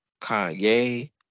kanye